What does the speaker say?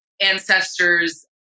ancestors